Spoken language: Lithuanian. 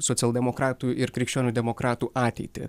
socialdemokratų ir krikščionių demokratų ateitį